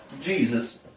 Jesus